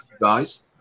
Guys